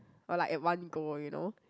or like at one go you know